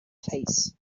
face